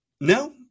no